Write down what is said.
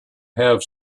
have